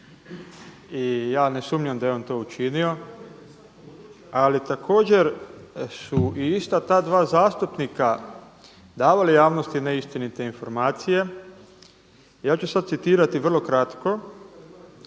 i ja ne sumnjam da je on to učinio. Ali također su i ista ta dva zastupnika davali javnosti neistinite informacije. Ja ću sada citirati vrlo kratko